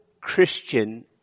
Christian